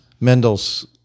Mendel's